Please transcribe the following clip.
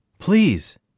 Please